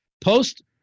post